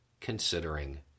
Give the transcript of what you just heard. considering